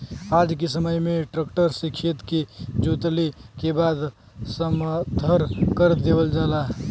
आज के समय में ट्रक्टर से खेत के जोतले के बाद समथर कर देवल जाला